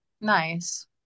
Nice